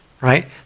Right